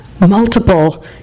multiple